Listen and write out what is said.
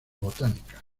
botánica